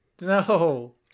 No